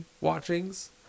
watchings